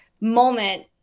moment